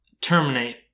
terminate